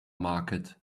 market